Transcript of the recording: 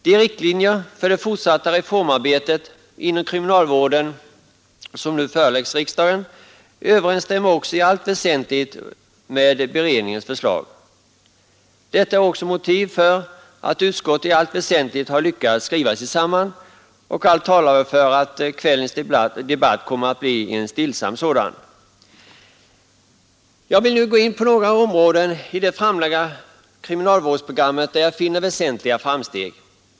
De riktlinjer för det fortsatta reformarbetet inom kriminalvården som nu föreläggs riksdagen överensstämmer i allt väsentligt med beredningens förslag. Detta är motiv för att utskottet i allt väsentligt har lyckats skriva sig samman, och allt talar för att kvällens debatt kommer att bli en stillsam sådan. Jag vill nu gå in på några områden i det framlagda kriminalvårdsprogrammet, där jag finner väsentliga framsteg.